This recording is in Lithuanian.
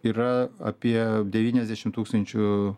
yra apie devyniasdešim tūkstančių